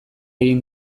egin